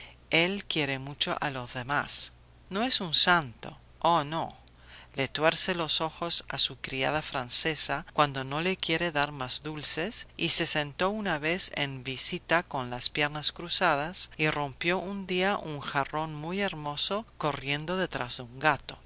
él quiere mucho a los demás no es un santo oh no le tuerce los ojos a su criada francesa cuando no le quiere dar más dulces y se sentó una vez en visita con las pierna cruzadas y rompió un día un jarrón muy hermoso corriendo detrás de un gato